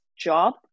job